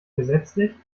gesetzlich